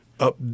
Up